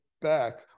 back